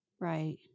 Right